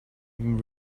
even